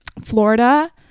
Florida